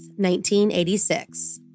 1986